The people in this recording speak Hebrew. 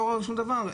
לא ראו שום דבר.